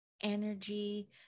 Energy